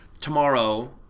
tomorrow